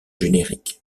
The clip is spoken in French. générique